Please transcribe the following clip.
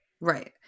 Right